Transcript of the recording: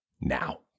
now